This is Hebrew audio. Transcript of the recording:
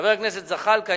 חבר הכנסת זחאלקה,